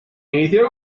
inició